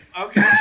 Okay